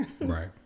Right